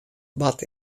bard